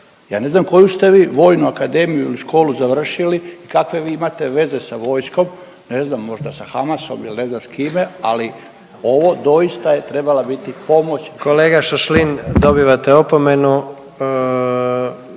Ja ne znam koju ste vi vojnu akademiju ili školu završili i kakve vi imate veze sa vojskom, ne znam, možda sa Hamasom ili ne znam s kime, ali ovo doista je trebala biti pomoć … **Jandroković, Gordan